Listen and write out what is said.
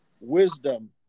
wisdom